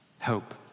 hope